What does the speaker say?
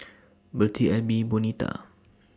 Birtie Elby Bonita